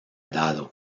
dado